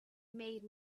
made